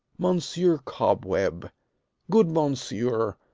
mounsieur cobweb good mounsieur,